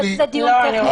יכול להיות שזה דיון טכני.